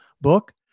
book